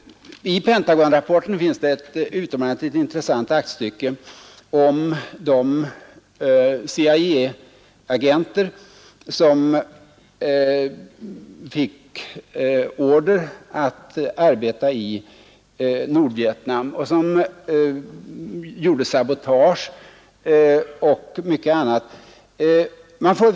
I Pentagonrapporten finns ett utomordentligt intressant aktstycke om de CIA-agenter som fick order att arbeta i Nordvietnam och som utförde sabotage och mycket annat.